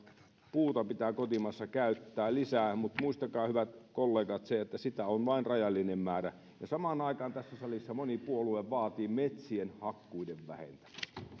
puuta pitää kotimaassa käyttää lisää mutta muistakaa se hyvät kollegat että sitä on vain rajallinen määrä samaan aikaan tässä salissa moni puolue vaatii metsien hakkuiden vähentämistä